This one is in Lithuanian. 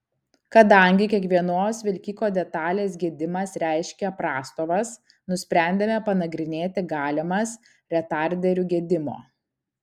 kadangi kiekvienos vilkiko detalės gedimas reiškia prastovas nusprendėme panagrinėti galimas retarderių gedimo